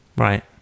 Right